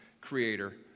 creator